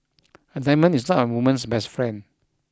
a diamond is not a woman's best friend